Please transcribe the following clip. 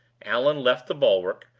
allan left the bulwark,